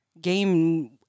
game